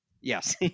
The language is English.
Yes